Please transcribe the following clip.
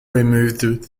removed